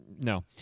No